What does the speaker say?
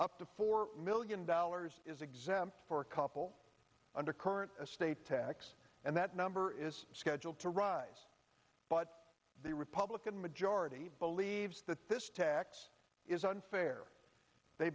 up to four million dollars is exempt for a couple under current state tax and that number is scheduled to rise but the republican majority believes that this tax is unfair they